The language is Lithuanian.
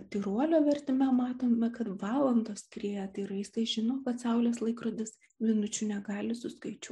tyruolio vertime matome kad valandos skrieja tai yra jisai žino kad saulės laikrodis minučių negali suskaičiuoti